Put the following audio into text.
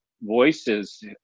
voices